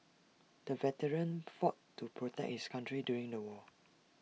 the veteran fought to protect his country during the war